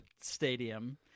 stadium